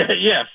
yes